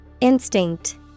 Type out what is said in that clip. Instinct